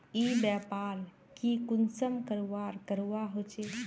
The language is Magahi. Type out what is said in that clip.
ई व्यापार की कुंसम करवार करवा होचे?